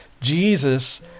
Jesus